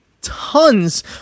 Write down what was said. tons